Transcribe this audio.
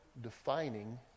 defining